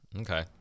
Okay